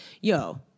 Yo